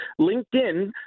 LinkedIn